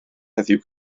heddiw